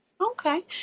Okay